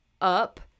up